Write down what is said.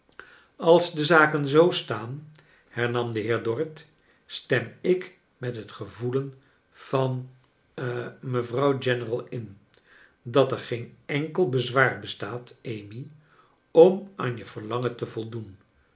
als de zaken zoo staan hernam de heer dorrit stem ik met het gevoelen van lia mevrouw general in dat er geen enkel bezwaar bestaat amy om aan je vorlangen te voldoen